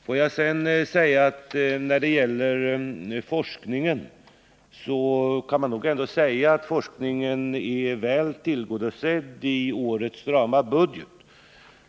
Önskemålen på forskningens område är väl tillgodosedda i årets strama budget.